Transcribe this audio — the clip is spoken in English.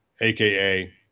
aka